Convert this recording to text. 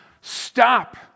Stop